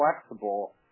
flexible